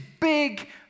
big